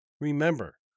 Remember